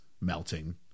melting